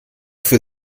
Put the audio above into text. für